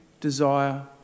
desire